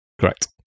Correct